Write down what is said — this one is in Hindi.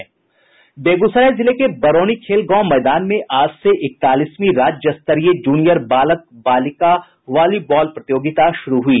बेगूसराय जिले के बरौनी खेल गांव मैदान में आज से इकतालीसवीं राज्य स्तरीय जूनियर बालक बालिका वॉलीबॉल प्रतियोगिता शुरू हुई